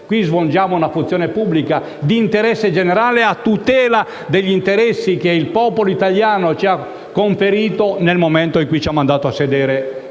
qui svolgiamo una funzione pubblica di interesse generale, a tutela degli interessi che il popolo italiano ci ha chiesto di rappresentare nel momento in cui ci ha mandato a sedere